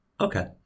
Okay